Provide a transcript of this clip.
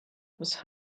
was